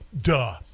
Duh